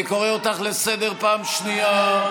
אני קורא אותך לסדר בפעם השנייה.